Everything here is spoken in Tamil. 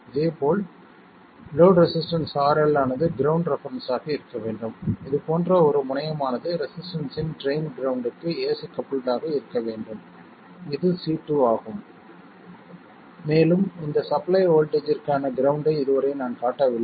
இதேபோல் லோட் ரெசிஸ்டன்ஸ் RL ஆனது கிரவுண்ட் ரெபெரென்ஸ் ஆக இருக்க வேண்டும் இது போன்ற ஒரு முனையமானது ரெசிஸ்டன்ஸ்ஸின் ட்ரைன்க்கு கிரவுண்ட் ஏசி கபுல்ட் ஆக இருக்க வேண்டும் இது C2 ஆகும் மேலும் இந்த சப்ளை வோல்ட்டேஜ்ற்கான கிரவுண்ட்டை இதுவரை நான் காட்டவில்லை